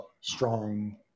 strong